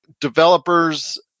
developers